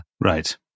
Right